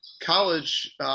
college –